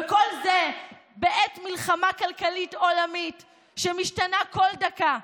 וכל זה בעת מלחמה כלכלית עולמית שמשתנה כל דקה.